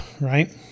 right